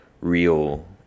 real